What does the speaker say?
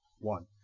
one